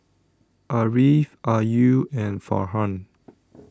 Ariff Ayu and Farhan